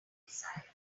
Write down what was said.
desired